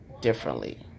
differently